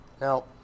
Now